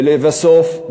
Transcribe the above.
ולבסוף,